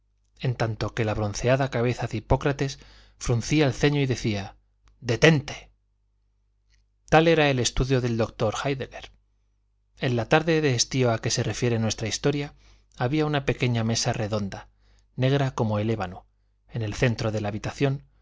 en tanto que la bronceada cabeza de hipócrates fruncía el ceño y decía detente tal era el estudio del doctor héidegger en la tarde de estío a que se refiere nuestra historia había una pequeña mesa redonda negra como el ébano en el centro de la habitación